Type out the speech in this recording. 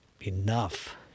Enough